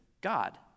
God